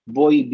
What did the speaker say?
boy